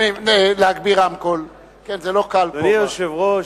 אדוני היושב-ראש,